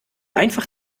einfach